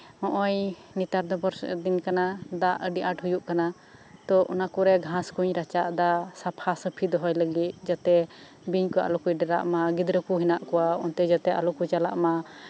ᱱᱚᱜ ᱚᱭ ᱱᱮᱛᱟᱨ ᱫᱚ ᱵᱚᱨᱥᱟ ᱫᱤᱱ ᱠᱟᱱᱟ ᱫᱟᱜ ᱟᱹᱰᱤ ᱟᱸᱴ ᱦᱩᱭᱩᱜ ᱠᱟᱱᱟ ᱚᱱᱟ ᱠᱚᱨᱮᱜ ᱜᱷᱟᱥ ᱠᱚᱧ ᱨᱟᱪᱟᱜ ᱫᱟ ᱥᱟᱯᱷᱟ ᱥᱟᱯᱷᱤᱧ ᱫᱚᱦᱚᱭᱫᱟ ᱡᱟᱛᱮ ᱵᱤᱧ ᱠᱚ ᱟᱞᱚ ᱠᱚ ᱰᱮᱨᱟᱜ ᱢᱟ ᱜᱤᱫᱽᱨᱟᱹ ᱠᱚ ᱢᱮᱱᱟᱜ ᱠᱚᱣᱟ ᱚᱱᱛᱮ ᱡᱟᱛᱮ ᱟᱞᱚ ᱠᱚ ᱪᱟᱞᱟᱜ ᱢᱟ